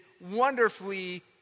wonderfully